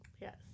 yes